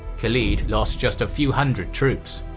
khalid lost just a few hundred troops.